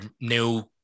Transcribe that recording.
new